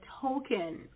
token